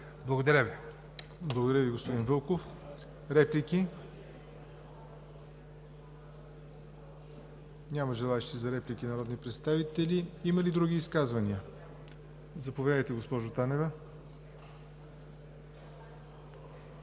ЯВОР НОТЕВ: Благодаря Ви, господин Вълков. Реплики? Няма желаещи за реплики народни представители. Има ли други изказвания? Заповядайте, госпожо Танева,